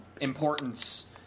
importance